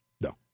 No